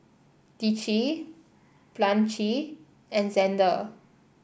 Dicie Blanche and Xander